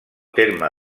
terme